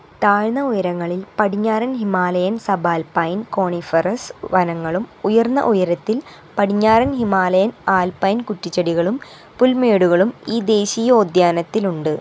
താഴ്ന്ന ഉയരങ്ങളിൽ പടിഞ്ഞാറൻ ഹിമാലയൻ സബാൽപൈൻ കോണിഫറസ് വനങ്ങളും ഉയർന്ന ഉയരത്തിൽ പടിഞ്ഞാറൻ ഹിമാലയൻ ആൽപൈൻ കുറ്റിച്ചെടികളും പുൽമേടുകളും ഈ ദേശീയോദ്യാനത്തിലുണ്ട്